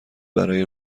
برای